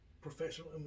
professional